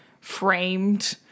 framed